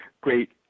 great